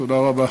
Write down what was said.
תודה רבה.